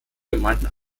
gemeinden